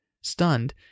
Stunned